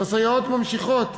הסייעות ממשיכות